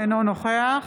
אינו נוכח